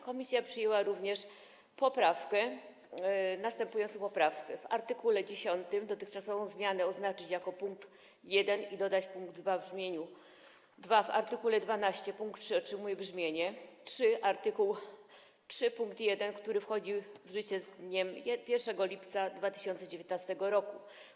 Komisja przyjęła również następującą poprawkę: W art. 10 dotychczasową zmianę oznaczyć jako pkt 1 i dodać pkt 2 w brzmieniu: „2. W art. 12 pkt 3 otrzymuje brzmienie: 3. Art. 3 pkt 1, który wchodzi w życie z dniem 1 lipca 2019 r.